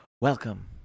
welcome